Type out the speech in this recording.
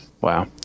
Wow